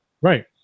Right